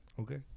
Okay